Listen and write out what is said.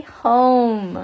home